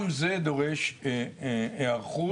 גם זה דורש היערכות.